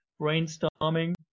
brainstorming